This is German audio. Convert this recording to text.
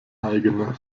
eigene